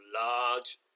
large